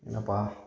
ಏನಪ್ಪ